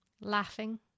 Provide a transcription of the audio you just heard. laughing